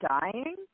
dying